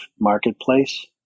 marketplace